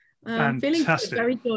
Fantastic